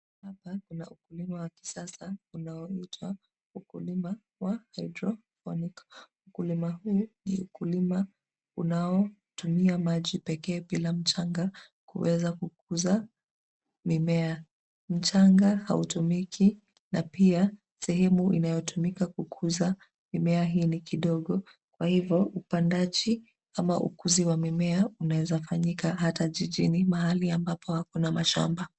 Hapa, kuna ukulima wa kisasa unaoitwa ukulima wa (hydroponics) ukulima huu ni ukulima unaotumia maji pekee bila mchanga kuweza kukuza mimea. Mchanga hautumiki na pia sehemu inayotumika kukuza mimea hii ni kindogo. Kwa hivyo, upandaji ama ukuzi wa mimea unaweza kufanyika hata jijini, mahali ambapo hakuna mashamba.